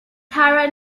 taira